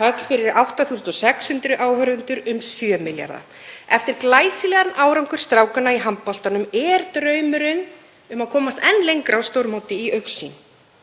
höll fyrir 8.600 áheyrendur um 7 milljarða. Eftir glæsilegan árangur strákanna í handboltanum er draumurinn um að komast enn lengra á stórmóti í augsýn.